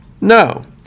No